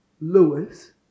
Lewis